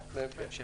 בהמשך.